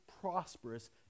prosperous